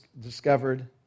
discovered